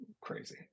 Crazy